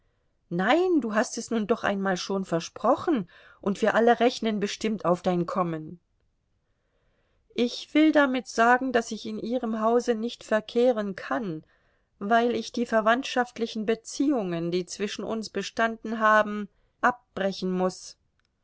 nein du hast es nun doch einmal schon versprochen und wir alle rechnen bestimmt auf dein kommen ich will damit sagen daß ich in ihrem hause nicht verkehren kann weil ich die verwandtschaftlichen beziehungen die zwischen uns bestanden haben abbrechen muß